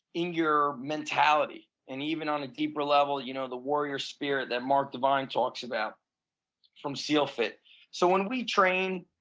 in your mentality, and even on a deeper level, you know the warrior spirit that mark divine talks about from sealfit so when we train,